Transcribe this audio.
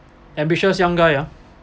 ambitious young guy